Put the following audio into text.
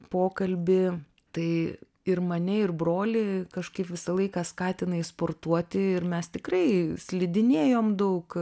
pokalbį tai ir mane ir brolį kažkaip visą laiką skatinai sportuoti ir mes tikrai slidinėjom daug